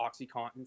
OxyContin